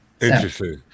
Interesting